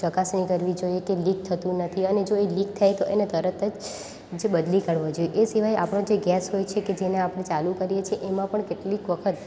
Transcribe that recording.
ચકાસણી કરવી જોઈએ કે લીક થતું નથી અને જો એ લીક થાય એને તરત જ બદલી કાઢવો જોઈએ એ સિવાય આપણો જે ગેસ હોય છે જેને આપણે ચાલુ કરીએ છે એમાં પણ કેટલીક વખત